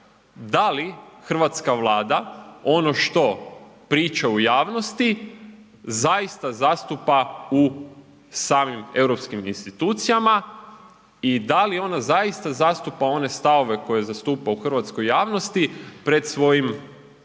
da li hrvatska Vlada ono što priča u javnosti zaista zastupa u samim europskim institucijama i da li ona zaista zastupa one stavove koje zastupa u hrvatskoj javnosti pred svojim